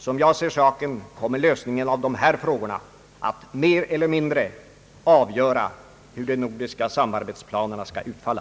Som jag ser saken kommer lösningen av dessa frågor att mer eller mindre avgöra hur de nordiska samarbetsplanerna skall utfalla.